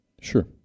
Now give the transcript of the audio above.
Sure